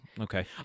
okay